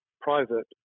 private